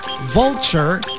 vulture